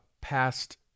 past